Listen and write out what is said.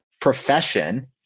profession